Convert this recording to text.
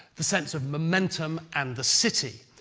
the sense of momentum and the city.